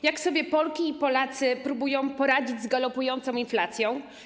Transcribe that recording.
Jak sobie Polki i Polacy próbują poradzić z galopującą inflacją?